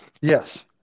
Yes